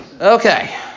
Okay